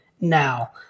now